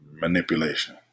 Manipulation